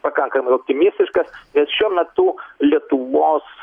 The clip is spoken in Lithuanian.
pakankamai optimistiškas nes šiuo metu lietuvos